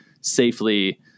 safely